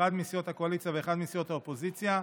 אחד מסיעות הקואליציה ואחד מסיעות האופוזיציה,